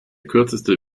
kürzeste